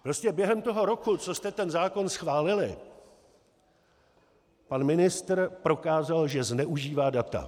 Prostě během toho roku, co jste ten zákon schválili, pan ministr prokázal, že zneužívá data.